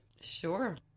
Sure